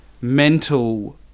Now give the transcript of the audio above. mental